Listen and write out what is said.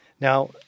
Now